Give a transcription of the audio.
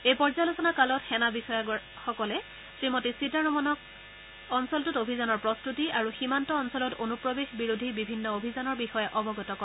এই পৰ্যালোচনা কালত সেনা বিষয়াসকলে শ্ৰীমতী সীতাৰমণক অঞ্চলটোত অভিযানৰ প্ৰদ্ভতি আৰু সীমান্ত অঞ্চলত অনুপ্ৰৱেশ বিৰোধী বিভিন্ন অভিযানৰ বিষয়ে অৱগত কৰে